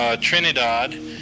trinidad